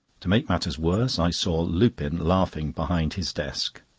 to make matters worse, i saw lupin laughing behind his desk.